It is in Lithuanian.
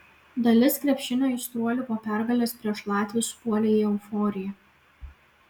dalis krepšinio aistruolių po pergalės prieš latvius puolė į euforiją